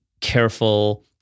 careful